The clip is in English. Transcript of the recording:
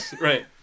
right